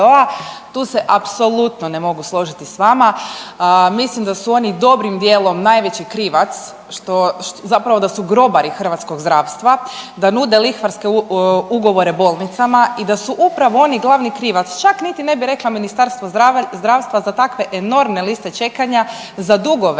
tu se apsolutno ne mogu složiti s vama. Mislim da su onim dobrim dijelom najveći krivac što, zapravo da su grobari hrvatskog zdravstva, da nude lihvarske ugovore bolnicama i da su upravo oni glavni krivac, čak niti ne bi rekla Ministarstvo zdravstva za takve enormne liste čekanja, za dugove